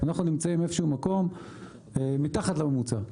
אנחנו נמצאים איפשהו במקום מתחת לממוצע.